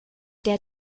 der